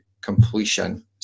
completion